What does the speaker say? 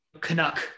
canuck